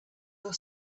your